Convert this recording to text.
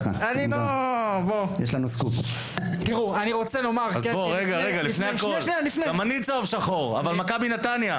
רגע, לפני הכול גם אני צהוב שחור אבל מכבי נתניה.